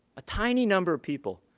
a tiny number of people,